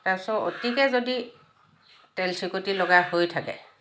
তাৰপিছত অতিকৈ যদি তেলচিকটি ল'গা হৈ থাকে